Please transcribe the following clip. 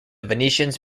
venetians